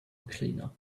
cleaner